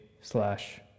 slash